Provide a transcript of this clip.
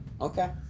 Okay